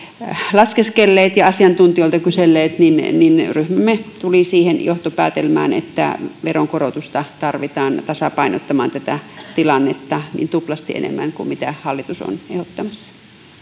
laskeskelleet ja asiantuntijoilta kyselleet niin ryhmämme tuli siihen johtopäätelmään että veronkorotusta tarvitaan tasapainottamaan tätä tilannetta tuplasti enemmän kuin mitä hallitus on ehdottamassa